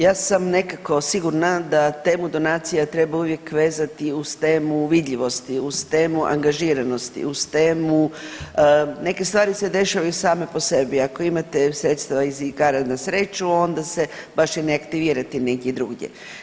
Ja sam nekako sigurna da temu donaciju treba uvijek vezati uz temu vidljivosti, uz temu angažiranosti, uz temu, neke stvari se dešavaju same po sebi, ako imate sredstva iz igara na sreću, onda se baš i ne aktivirate negdje drugdje.